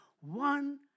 One